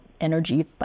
energy